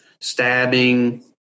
stabbing